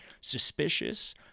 suspicious